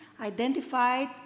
identified